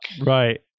right